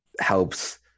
helps